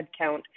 headcount